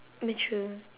mature